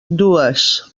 dues